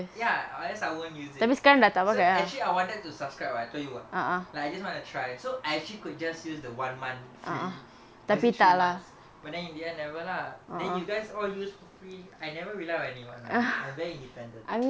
ya unless I won't use it so actually I wanted to subscribe I tell you ah like I just want to try so I actually could just use the one month free or was it three months but then in the end never lah then you guys all use free I never rely on anyone lah ya I very independent